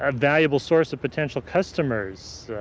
ah valuable source of potential customers.